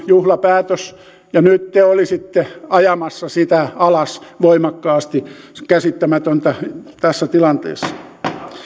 juhlapäätös ja nyt te olisitte ajamassa sitä alas voimakkaasti se on käsittämätöntä tässä tilanteessa